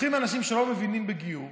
לוקחים אנשים שלא מבינים בגיור